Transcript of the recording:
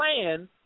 plan